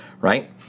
right